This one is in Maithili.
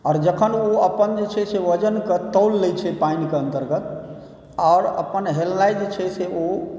आओर जखन जे चाही से ओ अपन वजनके तौल लै छै पानिके अन्तर्गत आओर अपन हेलनाइ जे छै से ओ